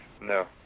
No